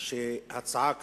הצעה כזאת,